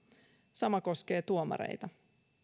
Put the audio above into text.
sama koskee tuomareita